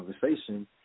conversation